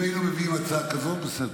אם היינו מביאים הצעה כזאת, בסדר.